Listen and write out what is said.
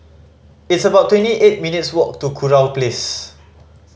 it's about twenty eight minutes' walk to Kurau Place